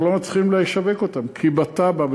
אנחנו לא מצליחים לשווק אותן כי בתב"ע,